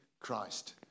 Christ